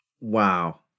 Wow